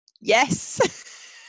Yes